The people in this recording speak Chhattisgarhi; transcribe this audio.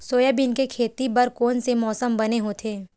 सोयाबीन के खेती बर कोन से मौसम बने होथे?